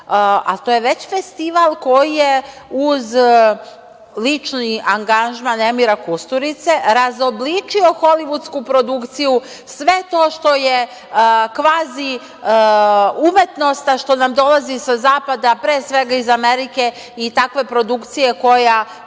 a to je već festival koji je uz lični angažman Emira Kusturice razobličio holivudsku produkciju, sve to što je kvazi-umetnost, a što nam dolazi sa Zapada, a pre svega, iz Amerike i takve produkcije koja